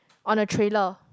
on a trailer